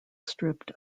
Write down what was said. stripped